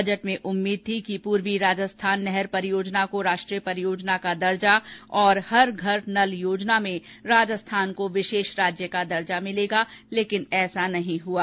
budget में उम्मीद थी कि पूर्वी राजस्थान नहर परियोजना को राष्ट्रीय परियोजना का दर्जा और हर घर नल योजना में राजस्थान को विशेष राज्य का दर्जा मिलेगा लेकिन ऐसा नहीं हुआ